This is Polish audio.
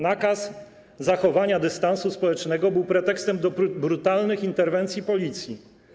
Nakaz zachowania dystansu społecznego był pretekstem do brutalnych interwencji Policji.